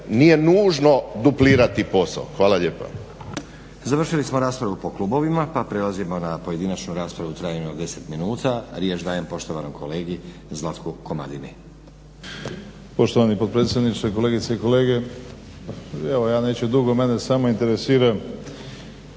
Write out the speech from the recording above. nije nužno duplirati posao. Hvala lijepa. **Stazić, Nenad (SDP)** Završili smo raspravu po klubovima, pa prelazimo na pojedinačnu raspravu u trajanju od 10 minuta. Riječ dajem poštovanom kolegi Zlatku Komadini. **Komadina, Zlatko (SDP)** Poštovani potpredsjedniče, kolegice i kolege. Evo ja neću dugo, mene samo interesira